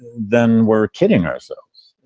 then we're kidding ourselves.